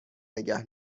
نگه